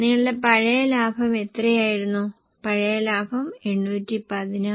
ഞാൻ ഇവിടെ ഒരു മാറ്റം വരുത്തും നിങ്ങൾക്ക് അത് മനസ്സിലായോ